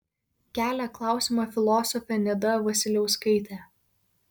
kelia klausimą filosofė nida vasiliauskaitė